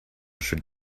should